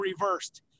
reversed